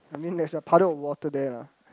I mean there is a puddle of water there lah